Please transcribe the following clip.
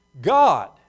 God